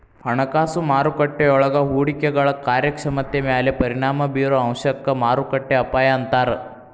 ಹಣಕಾಸು ಮಾರುಕಟ್ಟೆಯೊಳಗ ಹೂಡಿಕೆಗಳ ಕಾರ್ಯಕ್ಷಮತೆ ಮ್ಯಾಲೆ ಪರಿಣಾಮ ಬಿರೊ ಅಂಶಕ್ಕ ಮಾರುಕಟ್ಟೆ ಅಪಾಯ ಅಂತಾರ